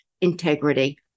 integrity